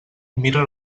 mira